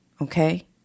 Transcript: okay